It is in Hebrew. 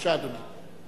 בבקשה, אדוני.